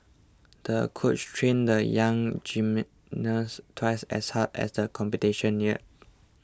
the coach trained the young gymnast twice as hard as the competition neared